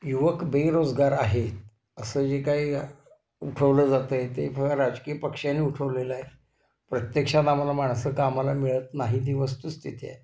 युवक बेरोजगार आहेत असं जे काही उठवलं जातं आहे ते फ राजकीय पक्षाने उठवलेलं आहे प्रत्यक्षात आम्हाला माणसं कामाला मिळत नाही ही वस्तूस्थिती आहे